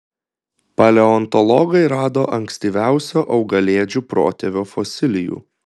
paleontologai rado ankstyviausio augalėdžių protėvio fosilijų